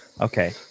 Okay